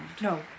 No